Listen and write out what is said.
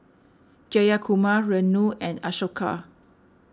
Jayakumar Renu and Ashoka